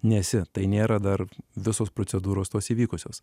nesi tai nėra dar visos procedūros tos įvykusios